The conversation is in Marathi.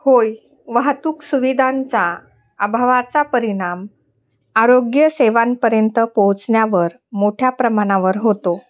होय वाहतूक सुविधांचा अभावाचा परिणाम आरोग्य सेवांपर्यंत पोहोचण्यावर मोठ्या प्रमाणावर होतो